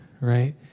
right